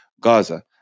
Gaza